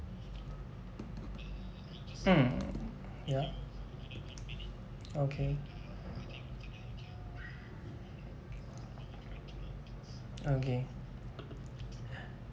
mmhmm ya okay okay